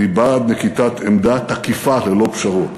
אני בעד נקיטת עמדה תקיפה ללא פשרות.